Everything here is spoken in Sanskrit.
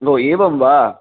ओ एवं वा